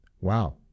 Wow